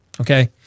Okay